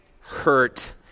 hurt